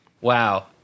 Wow